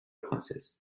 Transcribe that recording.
princesse